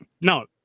No